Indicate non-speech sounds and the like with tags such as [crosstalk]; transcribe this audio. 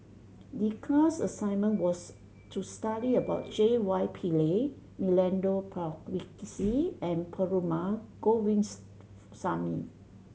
the class assignment was to study about J Y Pillay Milenko Prvacki and Perumal [unintelligible]